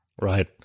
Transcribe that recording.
right